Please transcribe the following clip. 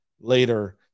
later